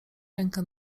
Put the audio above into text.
rękę